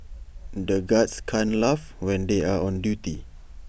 the guards can't laugh when they are on duty